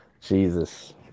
Jesus